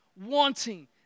wanting